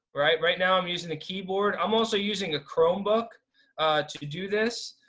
right? right now i'm using the keyboard. i'm also using a chromebook to do this.